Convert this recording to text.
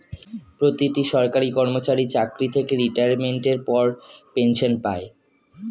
প্রতিটি সরকারি কর্মচারী চাকরি থেকে রিটায়ারমেন্টের পর পেনশন পায়